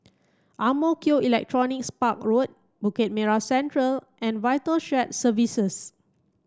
Ang Mo Kio Electronics Park Road Bukit Merah Central and VITAL Shared Services